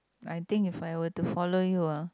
I think if I were to follow you ah